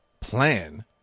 plan